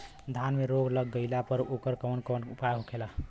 धान में रोग लग गईला पर उकर कवन कवन उपाय होखेला?